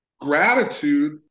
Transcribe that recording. Gratitude